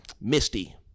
Misty